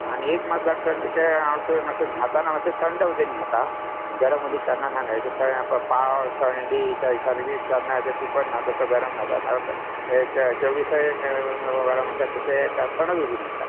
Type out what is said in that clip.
आनी एक मात डॉक्टर तें हांव न्हाताना मात्शे थंड उदीक न्हाता गरम केन्ना न्हायना एक केन्ना पावस थंडी अशे केन्ना चुकोन न्हाता ते न्हाता हेरवी चौवीसय वरां म्हणटात तशें थंडत उदीक न्हाता